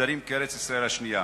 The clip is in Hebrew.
המוגדרים כארץ-ישראל השנייה.